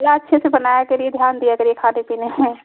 ला अच्छे से बनाया करिए ध्यान दिया करिए खाने पीने में